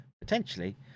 potentially